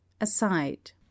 aside